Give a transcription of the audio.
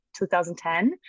2010